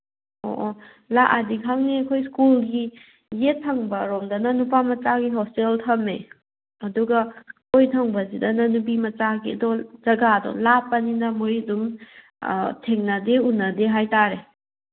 ꯑꯣ ꯑꯣ ꯂꯥꯛꯑꯗꯤ ꯈꯪꯅꯤ ꯑꯩꯈꯣꯏ ꯁ꯭ꯀꯨꯜꯒꯤ ꯌꯦꯠꯊꯪꯕ ꯔꯣꯝꯗꯅ ꯅꯨꯄꯥ ꯃꯆꯥꯒꯤ ꯍꯣꯁꯇꯦꯜ ꯊꯝꯃꯦ ꯑꯗꯨꯒ ꯑꯣꯏꯊꯪꯕꯁꯤꯗꯅ ꯅꯨꯄꯤ ꯃꯆꯥꯒꯤ ꯑꯗꯣ ꯖꯒꯥꯗꯣ ꯂꯥꯞꯄꯅꯤꯅ ꯃꯣꯏ ꯑꯗꯨꯝ ꯊꯦꯡꯅꯗꯦ ꯎꯅꯗꯦ ꯍꯥꯏ ꯇꯥꯔꯦ